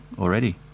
already